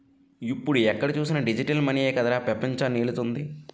ఇప్పుడు ఎక్కడ చూసినా డిజిటల్ మనీయే కదరా పెపంచాన్ని ఏలుతోంది